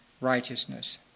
righteousness